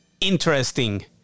interesting